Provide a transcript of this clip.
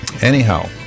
Anyhow